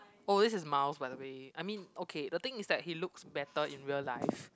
oh this is mouse by the way I mean okay the thing is that he looks better in real life